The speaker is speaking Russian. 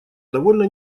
довольно